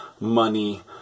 money